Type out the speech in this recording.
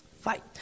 fight